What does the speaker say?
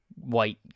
white